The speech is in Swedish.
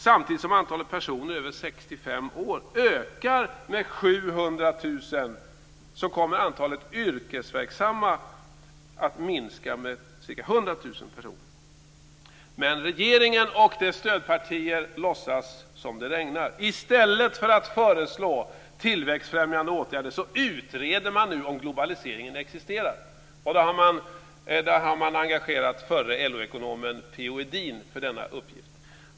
Samtidigt som antalet personer över 65 år ökar med 700 000 kommer antalet yrkesverksamma att minska med ca 100 000 personer, men regeringen och dess stödpartier låtsas som om det regnar. I stället för att föreslå tillväxtfrämjande åtgärder utreder man nu om globaliseringen existerar. Man har engagerat förre LO-ekonomen P-O Edin för denna uppgift.